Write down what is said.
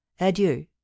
adieu